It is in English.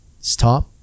Stop